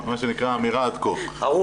מה שנקרא האמירה עד כה.